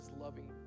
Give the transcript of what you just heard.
loving